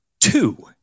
two